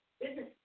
Business